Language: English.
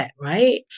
Right